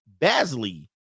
Basley